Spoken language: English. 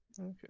okay